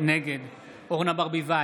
נגד אורנה ברביבאי,